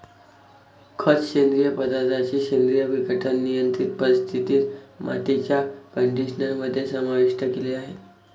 खत, सेंद्रिय पदार्थांचे सेंद्रिय विघटन, नियंत्रित परिस्थितीत, मातीच्या कंडिशनर मध्ये समाविष्ट केले जाते